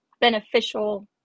beneficial